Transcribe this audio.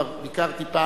כבר ביקרתי,